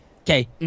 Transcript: Okay